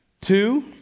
two